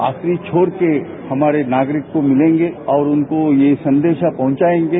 आखिरी छोर के हमारे नागरिक को मिलेंगे और उनको ये संदेशा पहुंचाएंगे